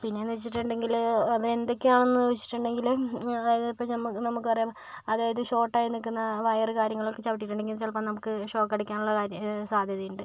പിന്നെയെന്നുവെച്ചിട്ടുണ്ടെങ്കിൽ അത് എന്തൊക്കെയാണെന്നു വെച്ചിട്ടുണ്ടെങ്കിൽ അതായത് ഇപ്പോൾ ഞമ്മ നമുക്ക് പറയാം അതായത് ഷോട്ടായി നിൽക്കുന്ന വയർ കാര്യങ്ങളൊക്കെ ചവിട്ടിയിട്ടുണ്ടെങ്കിൽ ചിലപ്പോൾ നമുക്ക് ഷോക്കടിക്കാനുള്ള കാര്യ സാധ്യതയുണ്ട്